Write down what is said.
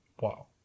Wow